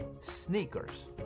sneakers